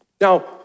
Now